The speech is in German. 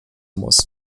muss